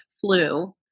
flu